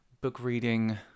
book-reading